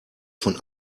von